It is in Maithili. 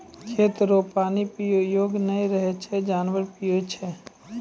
खेत रो पानी पीयै योग्य नै रहै छै जानवर पीयै छै